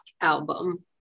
album